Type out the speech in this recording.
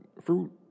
fruit